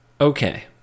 Okay